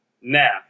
Now